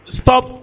stop